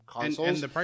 consoles